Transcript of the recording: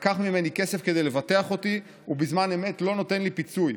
לקח ממני כסף כדי לבטח אותי ובזמן אמת לא נותן לי פיצוי.